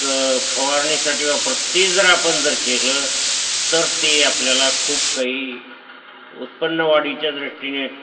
क फवारणीसाठी वापर ती जर आपण जर केलं तर ते आपल्याला खूप काही उत्पन्न वाढीच्या दृष्टीने